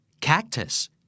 Cactus